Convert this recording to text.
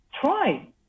try